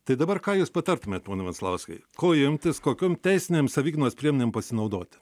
tai dabar ką jūs patartumėt pone venslauskai ko imtis kokiom teisinėm savigynos priemonėm pasinaudoti